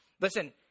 listen